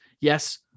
yes